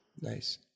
Nice